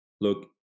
Look